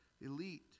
elite